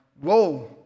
whoa